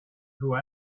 through